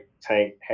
tank